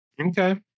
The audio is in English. Okay